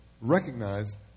recognize